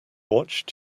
watched